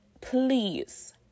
please